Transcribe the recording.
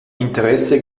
interesse